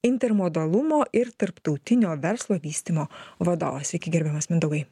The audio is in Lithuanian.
intermodalumo ir tarptautinio verslo vystymo vadovas sveiki gerbiamas mindaugai